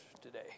today